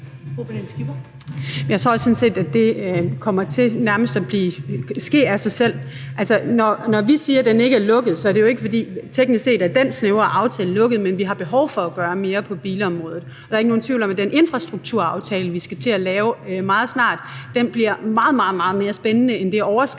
Jeg tror sådan set, at det nærmest kommer til at ske af sig selv. Når vi siger, at den ikke er lukket, er det jo ikke, fordi den snævre aftale teknisk set ikke er lukket, men fordi vi har behov for at gøre mere på bilområdet. Og der er ikke nogen tvivl om, at den infrastrukturaftale, som vi meget snart skal til at lave, bliver meget, meget mere spændende end det, overskriften